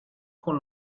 con